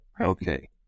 Okay